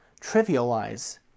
trivialize